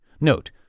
Note